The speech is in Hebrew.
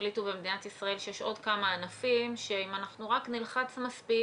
החליטו במדינת ישראל שיש עוד כמה ענפים שאם אנחנו רק נלחץ מספיק,